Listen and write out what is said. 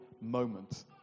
moment